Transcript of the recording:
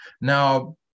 Now